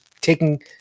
taking